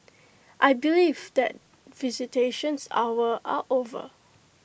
I believe that visitations hours are over